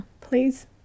please